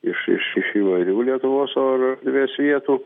iš iš iš įvairių lietuvos oro erdvės vietų